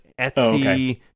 etsy